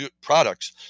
products